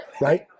right